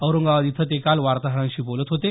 औरंगाबाद इथं ते काल वार्ताहरांशी बोलत होते